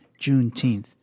Juneteenth